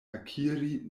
akiri